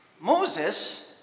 Moses